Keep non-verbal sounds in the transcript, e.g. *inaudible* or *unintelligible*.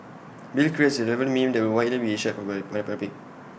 bill creates A relevant meme that will be widely shared by *unintelligible* the public